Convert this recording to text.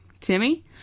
Timmy